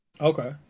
Okay